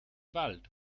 wald